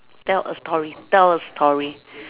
tell a story tell a story